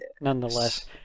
Nonetheless